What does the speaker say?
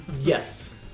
Yes